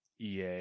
ea